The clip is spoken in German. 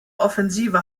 offensive